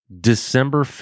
December